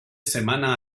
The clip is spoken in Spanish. semana